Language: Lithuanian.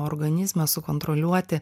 organizme sukontroliuoti